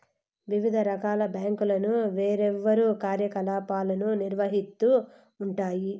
వివిధ రకాల బ్యాంకులు వేర్వేరు కార్యకలాపాలను నిర్వహిత్తూ ఉంటాయి